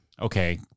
Okay